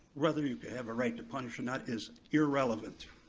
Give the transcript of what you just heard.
whether you have a right to punish or not is irrelevant.